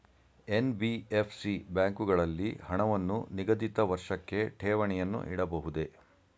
NBFC ಬ್ಯಾಂಕುಗಳಲ್ಲಿ ಹಣವನ್ನು ನಿಗದಿತ ವರ್ಷಕ್ಕೆ ಠೇವಣಿಯನ್ನು ಇಡಬಹುದೇ?